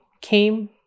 came